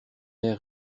ère